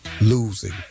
losing